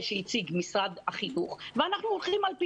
שהציג משרד החינוך ואנחנו הולכים על פיו.